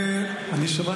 אני לא, תאונות דרכים.